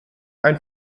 ein